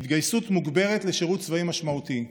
התגייסות מוגברת לשירות צבאי משמעותי.